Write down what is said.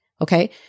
Okay